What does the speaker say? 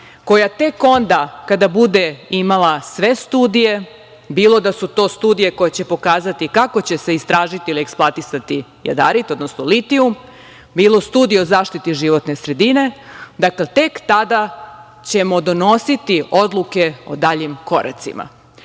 koja tek onda kada bude imala sve studije, bilo da su to studije koje će pokazati kako će se istražiti ili eksploatisati jadarit, odnosno litijum, bilo o studiji o zaštiti životne sredine, dakle, tek tada ćemo donositi odluke o daljim koracima.